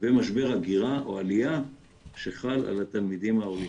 ומשבר הגירה או עלייה שחל על התלמידים העולים.